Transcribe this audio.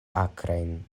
akrajn